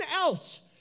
else